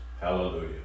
Hallelujah